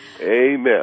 Amen